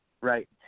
Right